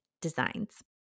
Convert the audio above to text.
Designs